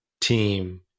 team